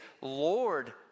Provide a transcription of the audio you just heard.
Lord